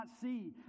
see